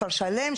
כפר שלם,